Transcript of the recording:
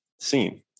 seen